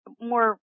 more